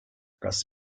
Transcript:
kas